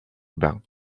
urbains